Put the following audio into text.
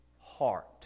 heart